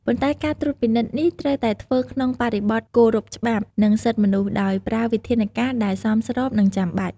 ប៉ុន្តែការត្រួតពិនិត្យនេះត្រូវតែធ្វើក្នុងបរិបទគោរពច្បាប់ និងសិទ្ធិមនុស្ស ដោយប្រើវិធានការដែលសមស្រប និងចាំបាច់។